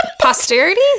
posterity